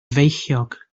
feichiog